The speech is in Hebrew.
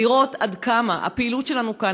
לראות עד כמה הפעילות שלנו כאן,